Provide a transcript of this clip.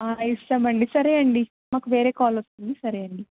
ఇస్తామండి సరే అండి మాకు వేరే కాల్ వస్తుంది సరే అండి